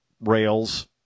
rails